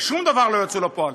ושום דבר לא יצא לפועל.